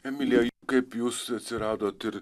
emilija kaip jūs atsiradot ir